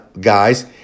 guys